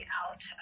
out